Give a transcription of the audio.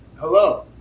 hello